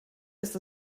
ist